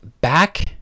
back